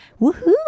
woohoo